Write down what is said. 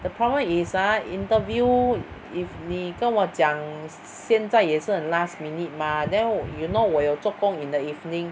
the problem is ah interview if 你跟我讲现在也是 last minute mah then 我 you know 我有做工 in the evening